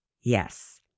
yes